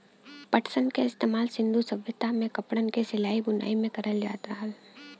पटसन क इस्तेमाल सिन्धु सभ्यता में कपड़न क सिलाई बुनाई में करल जात रहल